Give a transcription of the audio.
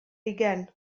hugain